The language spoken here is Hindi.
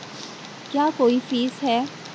क्या कोई फीस है?